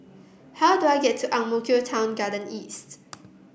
how do I get to Ang Mo Kio Town Garden East